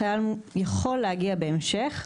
החייל יכול להגיע בהמשך.